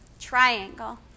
triangle